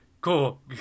cool